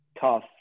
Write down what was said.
tough